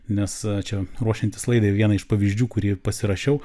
nes čia ruošiantis laidai vieną iš pavyzdžių kurį ir pasirašiau